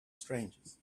strangers